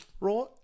right